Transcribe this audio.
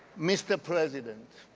mr. president,